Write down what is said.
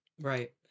Right